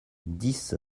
dix